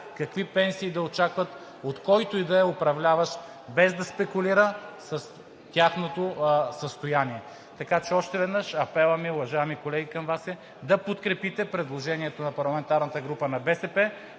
какви пенсии да очакват от който и да е управляващ, без да спекулира с тяхното състояние. Така че още веднъж апелът ми, уважаеми колеги, към Вас е да подкрепите предложението на парламентарната група на БСП